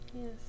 Yes